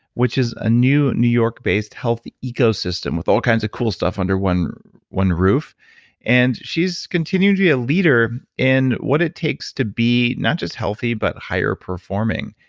which is a new, new york-based ecosystem with all kinds of cool stuff under one one roof and she's continued to be a leader in what it takes to be not just healthy but higher performing.